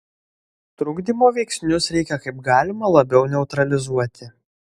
trukdymo veiksnius reikia kaip galima labiau neutralizuoti